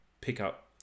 pickup